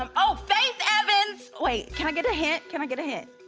um ah faith evans. wait, can i get a hint? can i get a hint?